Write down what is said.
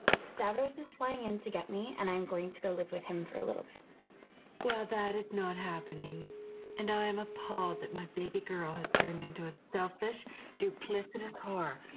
stavros is flying in to get me and i'm going to go live with him for a little while that is not happening and i am appalled that my baby girl has turned into a selfish duplicitous car.